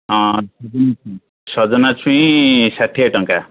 ହଁ ତିରିଶି ସଜନା ଛୁଇଁ ଷାଠିଏ ଟଙ୍କା